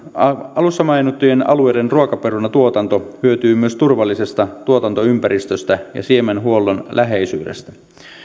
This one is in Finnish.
alussa mainittujen alueiden ruokaperunatuotanto hyötyy myös turvallisesta tuotantoympäristöstä ja siemenhuollon läheisyydestä